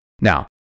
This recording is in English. Now